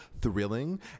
thrilling